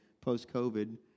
post-COVID